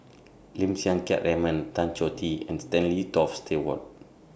Lim Siang Keat Raymond Tan Choh Tee and Stanley Toft Stewart